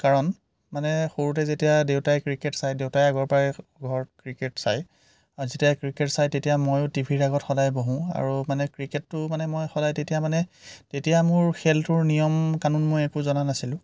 কাৰণ মানে সৰুতে যেতিয়া দেউতাই ক্ৰিকেট চাই দেউতাই আগৰ পৰাই ঘৰত ক্ৰিকেট চায় যেতিয়াই ক্ৰিকেট চাই তেতিয়া ময়ো টিভিৰ আগত সদায় বহোঁ আৰু মানে ক্ৰিকেটটো মানে মই সদায় তেতিয়া মানে তেতিয়া মোৰ খেলটোৰ নিয়ম কানুন মই একো জনা নাছিলোঁ